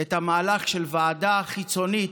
את המהלך של ועדה חיצונית,